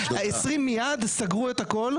ה-20 מיד סגרו את הכל,